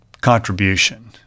contribution